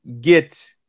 get